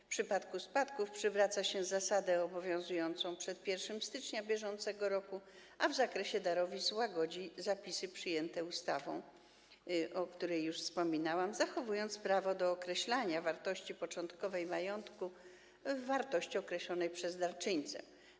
W przypadku spadków przywraca się zasadę obowiązującą przed 1 stycznia br., a w zakresie darowizn łagodzi się zapisy przyjęte ustawą, o której już wspominałam, zachowując prawo do określania wartości początkowej majątku w wartości określonej przez darczyńcę.